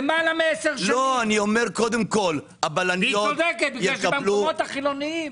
אני למעלה מ-10 שנים והיא צודקת כי במקומות החילוניים,